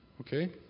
Okay